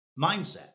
mindset